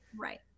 right